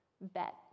Bet